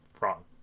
wrong